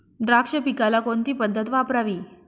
द्राक्ष पिकाला कोणती पद्धत वापरावी?